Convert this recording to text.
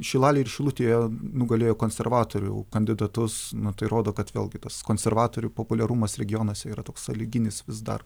šilalėj ir šilutėje nugalėjo konservatorių kandidatus nu tai rodo kad vėlgi tas konservatorių populiarumas regionuose yra toks sąlyginis vis dar